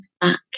back